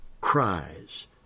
cries